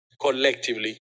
collectively